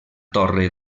torre